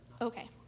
okay